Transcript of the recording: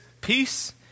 peace